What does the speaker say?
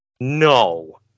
No